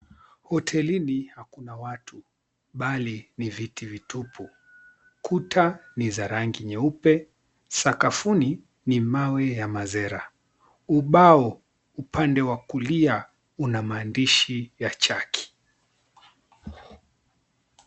Hotelini, hakuna watu, bali ni viti vitupi, kuta ni za rangi nyeupe, sakafuni ni mawe ya mazera, ubao upande wa kulia una maandishi ya chaki.